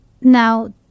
Now